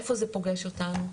איפה זה פוגש אותנו?